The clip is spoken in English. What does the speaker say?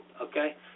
okay